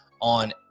on